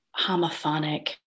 homophonic